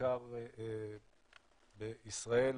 בעיקר בישראל,